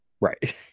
Right